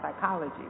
psychology